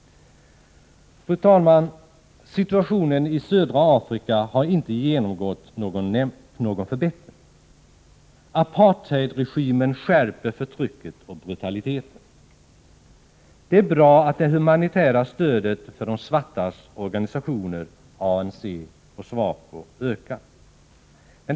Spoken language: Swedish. Fru talman! Situationen i södra Afrika har inte genomgått någon förbättring. Apartheidregimen skärper förtrycket och brutaliteten. Det är bra att det humanitära stödet till de svartas organisationer, ANC och SWAPO, ökar.